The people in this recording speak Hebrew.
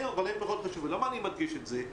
אני מדגיש את זה?